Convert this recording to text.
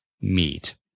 meet